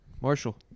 Marshall